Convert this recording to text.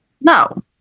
No